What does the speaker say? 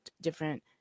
different